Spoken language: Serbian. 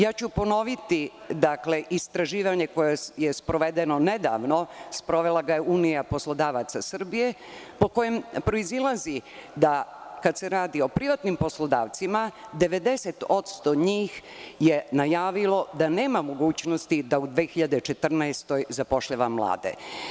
Ja ću ponoviti, istraživanje koje je sprovedeno nedavno, sprovela ga je Unija poslodavaca Srbije, po kojem proizilazi da kad se radi o privatnim poslodavcima, 90% njih je najavilo da nema mogućnosti da u 2014. godini zapošljava mlade.